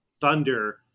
thunder